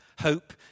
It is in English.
Hope